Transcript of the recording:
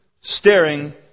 staring